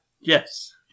Yes